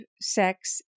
sex